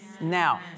Now